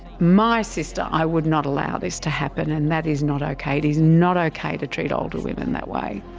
my sister, i would not allow this to happen and that is not okay, it is not okay to treat older women that way.